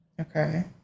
Okay